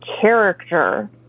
character